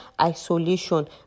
isolation